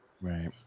Right